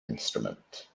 instrument